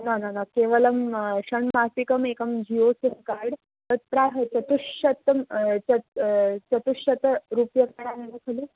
न न न केवलं षण्मासिकम् एकं जियो सिं कार्ड् तत्राहत्य चतुश्शतं चत् चतुश्शतरूप्यकाणामेव खलु